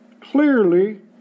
clearly